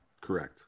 Correct